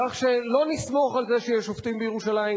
כך שלא נסמוך על זה שיש שופטים בירושלים,